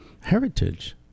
heritage